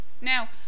Now